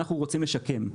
אנחנו רוצים לשקם.